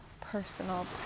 Personal